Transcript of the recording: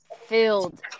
filled